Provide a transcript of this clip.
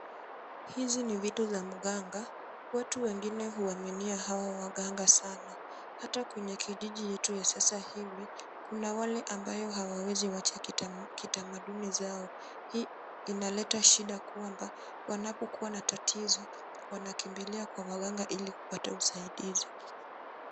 Hizi ni vitu za mganga, watu wengine huaminia hawa waganga sana. Hata kwenye kijiji yetu ya sasa hivi kuna wale ambao hawawezi wacha kitamaduni zao. Hii inaleta shida kwamba wanapokua na tatizo wanakimbilia kwa waganga ili kupata usaidizi.